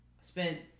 spent